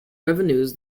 revenues